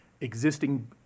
existing